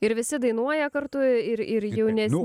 ir visi dainuoja kartu ir ir jaunesni